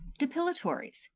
Depilatories